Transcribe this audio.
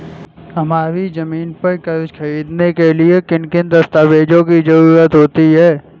हमारी ज़मीन पर कर्ज ख़रीदने के लिए किन किन दस्तावेजों की जरूरत होती है?